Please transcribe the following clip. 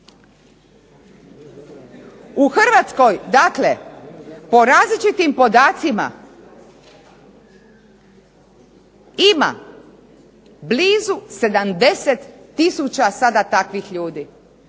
U Hrvatskoj dakle o različitim podacima ima blizu 70 tisuća sada takvih ljudi.